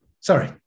sorry